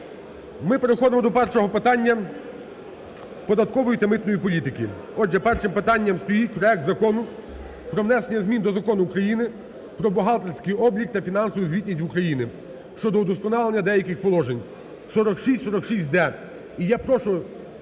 Ми переходимо до першого питання податкової та митної політики. Отже, першим питанням стоїть проект Закону про внесення змін до Закону України "Про бухгалтерський облік та фінансову звітність в Україні" (щодо удосконалення деяких положень)(4646-д).